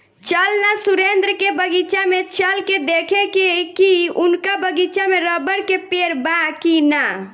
चल ना सुरेंद्र के बगीचा में चल के देखेके की उनका बगीचा में रबड़ के पेड़ बा की ना